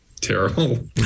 terrible